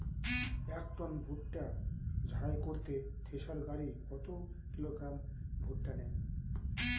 এক টন ভুট্টা ঝাড়াই করতে থেসার গাড়ী কত কিলোগ্রাম ভুট্টা নেয়?